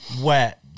wet